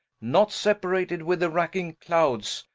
not seperated with the racking clouds,